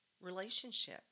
relationship